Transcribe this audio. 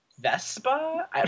Vespa